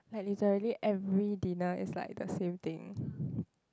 like literally every dinner is like the same thing